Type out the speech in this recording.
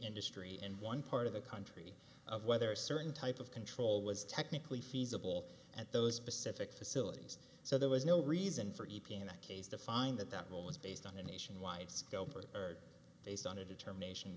industry in one part of the country of whether a certain type of control was technically feasible at those specific facilities so there was no reason for e p a in a case to find that that was based on a nationwide scope or based on a determination